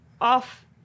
off